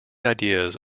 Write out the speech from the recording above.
ideas